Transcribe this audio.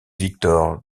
victor